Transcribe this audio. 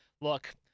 Look